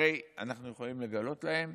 הרי אנחנו יכולים לגלות להם,